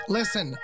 Listen